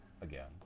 Again